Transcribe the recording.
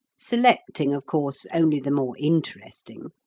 selecting, of course, only the more interesting.